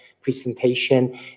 presentation